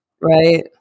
Right